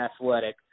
athletic